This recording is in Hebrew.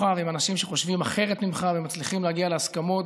ועם אנשים שחושבים אחרת ממך ומצליחים להגיע להסכמות.